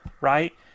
right